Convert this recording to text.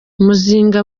muzinga